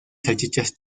salchichas